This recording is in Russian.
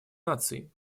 наций